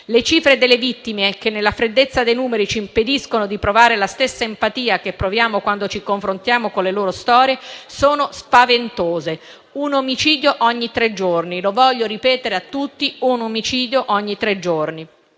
Le cifre delle vittime, che, nella freddezza dei numeri, ci impediscono di provare la stessa empatia che proviamo quando ci confrontiamo con le loro storie, sono spaventose: un omicidio ogni tre giorni. Lo voglio ripetere a tutti: un omicidio ogni tre giorni.